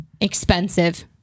expensive